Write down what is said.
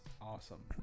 awesome